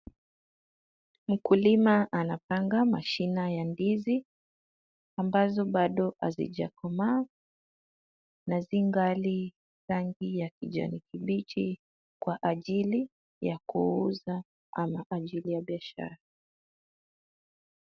Mkulima anapanga mashina ya ndizi, ambazo bado hazijakomaa na zingali rangi ya kijani kibichi kwa ajili ya kuuza ama ajili ya biashara.